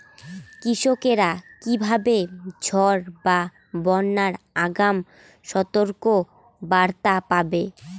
কৃষকেরা কীভাবে ঝড় বা বন্যার আগাম সতর্ক বার্তা পাবে?